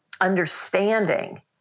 understanding